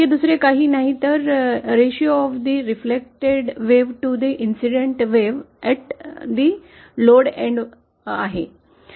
हे दुसरे काही नाही तर ratio of the reflected wave to the incident wave at the load end आहे